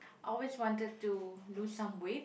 always wanted to lose some weight